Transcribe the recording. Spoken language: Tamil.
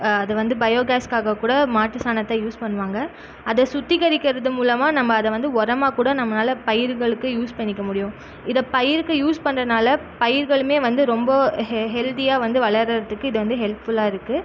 அதுவந்து பயோ கேஸ்க்காக கூட மாட்டு சாணத்தை யூஸ் பண்ணுவாங்க அதை சுத்திகரிக்கிறது மூலமாக நம்ம அதை வந்து உரமா கூட நம்மனால பயிர்களுக்கு யூஸ் பண்ணிக்க முடியும் இதை பயிருக்கு யூஸ் பண்ணுறனால பயிர்களுமே வந்து ரொம்ப ஹெ ஹெல்த்தியாக வந்து வளருத்துக்கு இது வந்து ஹெல்ப்ஃபுல்லாக இருக்குது